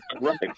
right